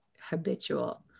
habitual